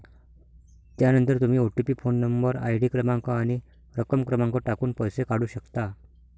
त्यानंतर तुम्ही OTP phone number, ID क्रमांक आणि रक्कम क्रमांक टाकून पैसे काढू शकता